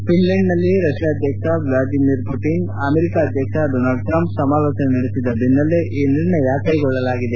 ಫಿನ್ಲೆಂಡ್ನಲ್ಲಿ Russia ಅಧ್ಯಕ್ಷ Vladimir Putin America ಅಧ್ಯಕ್ಷ Donald Trump ಸಮಾಲೋಚನೆ ನಡೆಸಿದ ಬೆನ್ನಲ್ಲೇ ಈ ನಿರ್ಣಯ ಕೈಗೊಳ್ಳಲಾಗಿದೆ